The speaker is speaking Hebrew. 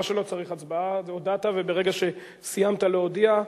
מה שלא צריך הצבעה הודעת, וברגע שסיימת להודיע,